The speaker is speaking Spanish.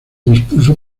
dispuso